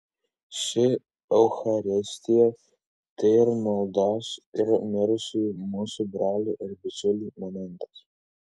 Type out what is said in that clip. ši eucharistija tai ir maldos už mirusį mūsų brolį ir bičiulį momentas